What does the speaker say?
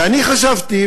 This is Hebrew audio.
וחשבתי,